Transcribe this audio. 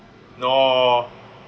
no